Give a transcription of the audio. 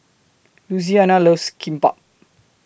Louisiana loves Kimbap